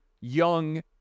young